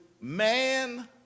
man